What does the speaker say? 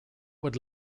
would